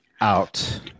out